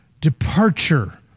departure